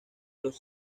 los